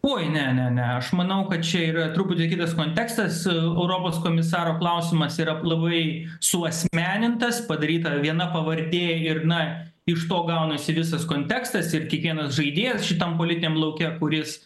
oi ne ne ne aš manau kad čia yra truputį kitas kontekstas europos komisaro klausimas yra labai suasmenintas padaryta viena pavardė ir na iš to gaunasi visas kontekstas ir kiekvienas žaidėjas šitam politiniam lauke kuris